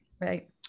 Right